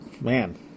Man